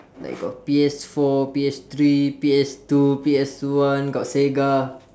like got P_S four P_S three P_S two P_S one got sega